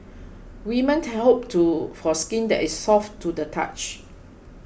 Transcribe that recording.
women hope for skin that is soft to the touch